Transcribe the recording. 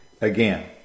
Again